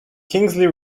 kingsley